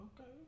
okay